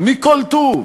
מכל טוב.